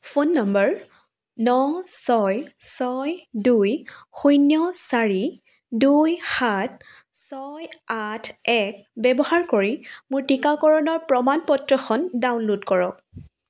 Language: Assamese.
ফোন নম্বৰ ন ছয় ছয় দুই শূন্য চাৰি দুই সাত ছয় আঠ এক ব্যৱহাৰ কৰি মোৰ টীকাকৰণৰ প্ৰমাণ পত্ৰখন ডাউনল'ড কৰক